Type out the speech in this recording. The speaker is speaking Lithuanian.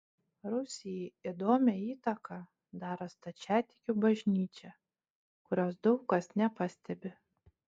rusijai įdomią įtaką daro stačiatikių bažnyčia kurios daug kas nepastebi